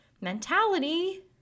mentality